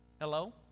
Hello